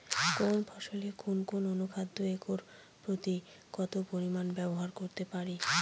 কোন ফসলে কোন কোন অনুখাদ্য একর প্রতি কত পরিমান ব্যবহার করতে পারি?